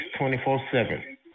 24/7